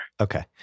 Okay